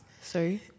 Sorry